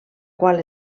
qual